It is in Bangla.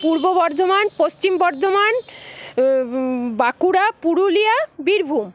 পূর্ব বর্ধমান পশ্চিম বর্ধমান বাঁকুড়া পুরুলিয়া বীরভূম